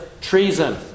treason